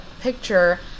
picture